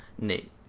Nate